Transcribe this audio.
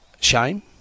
Shame